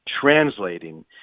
translating